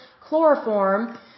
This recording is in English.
chloroform